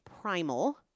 PRIMAL